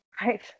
right